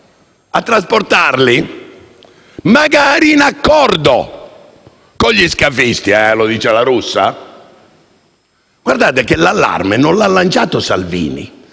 a trasportarli, magari in accordo con gli scafisti. Lo dice La Russa? Colleghi, l'allarme non l'ha lanciato Salvini